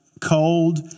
cold